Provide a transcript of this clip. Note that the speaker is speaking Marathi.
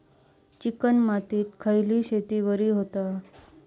चिकण मातीत खयली शेती बरी होता?